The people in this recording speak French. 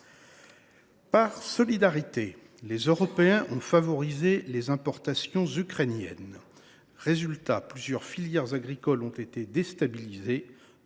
Par solidarité, les Européens ont favorisé les importations ukrainiennes. Résultat, plusieurs filières agricoles ont été déstabilisées.